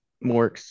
more